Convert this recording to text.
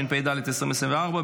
התשפ"ד 2024,